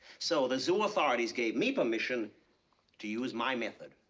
so the zoo authorities gave me permission to use my method.